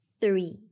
three